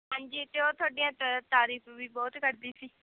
ਹਾਂਜੀ ਅਤੇ ਉਹ ਤੁਹਾਡੀਆਂ ਤ ਤਰੀਫ ਵੀ ਬਹੁਤ ਕਰਦੀ ਸੀ